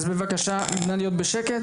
אז בבקשה, נא להיות בשקט.